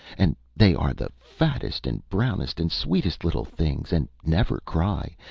and they are the fattest, and brownest, and sweetest little things, and never cry,